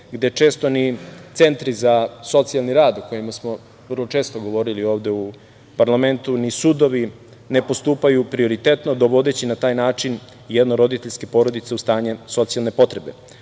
gde često ni centri za socijalni rad o kojima smo vrlo često govorili u parlamentu, ni sudovi ne postupaju prioritetno, dovodeći na taj način jednoroditeljske porodice u stanje socijalne potrebe. Na